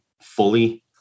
fully